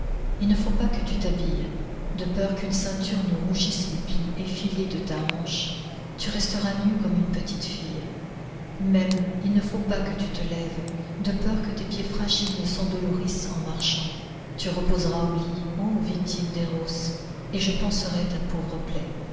il ne faut pas que tu t'habilles de peur qu'une ceinture ne rougisse les plis effilés de ta hanche tu resteras nue comme une petite fille même il ne faut pas que tu te lèves de peur que tes pieds fragiles ne s'endolorissent en marchant tu reposeras au lit ô victime d'erôs et je panserai ta pauvre plaie